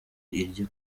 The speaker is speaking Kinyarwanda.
irye